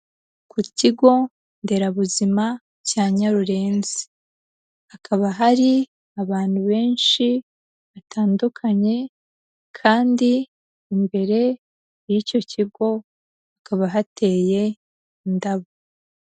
Ku kigo nderabuzima cya Nyarurenzi, hakaba hari abantu benshi batandukanye kandi imbere y'icyo kigo hakaba hateye indabo.